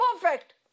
perfect